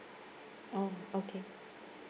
oh okay